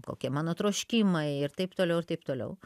kokie mano troškimai ir taip toliau ir taip toliau